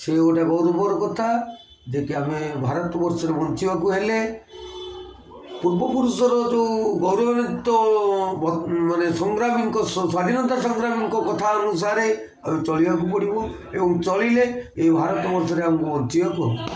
ସେ ଗୋଟେ ବହୁତ ବଡ଼ କଥା ଯେ କି ଆମେ ଭାରତବର୍ଷରେ ବଞ୍ଚିବାକୁ ହେଲେ ପୂର୍ବପୁରୁଷର ଯେଉଁ ଗୌରବାନ୍ଵିତ ମାନେ ସଂଗ୍ରାମୀଙ୍କ ସ୍ୱାଧୀନତା ସଂଗ୍ରାମୀଙ୍କ କଥା ଅନୁସାରେ ଆମେ ଚଳିବାକୁ ପଡ଼ିବ ଏବଂ ଚଳିଲେ ଏ ଭାରତବର୍ଷରେ ଆମକୁ ବଞ୍ଚିବାକୁ